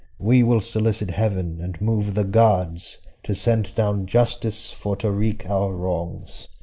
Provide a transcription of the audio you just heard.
we will solicit heaven, and move the gods to send down justice for to wreak our wrongs.